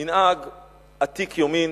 מנהג עתיק יומין,